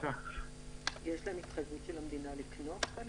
כרגע רוב